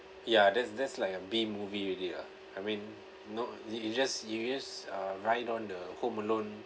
ya that's that's like a B movie already lah I mean not you you just you just uh ride on the home alone